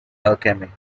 alchemy